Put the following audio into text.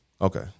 Okay